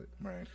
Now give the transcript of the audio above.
Right